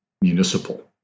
municipal